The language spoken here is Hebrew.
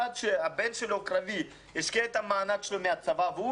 אחד שהבן שלו קרבי השקיע את המענק שלו מהצבא והוא